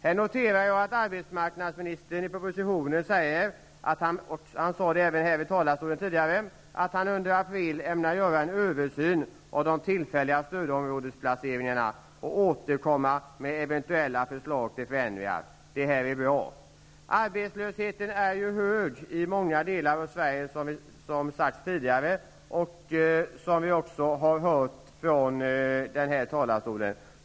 Här noterar jag att arbetsmarknadsministern i propositionen, och även här i talarstolen tidigare, säger att han under april ämnar göra en översyn av de tillfälliga stödområdesplaceringarna och återkomma med eventuella förslag till förändringar. Detta är bra. Arbetslösheten är hög i många delar av Sverige, vilket sagts tidigare och vi också har hört från talarstolen.